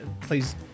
please